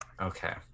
Okay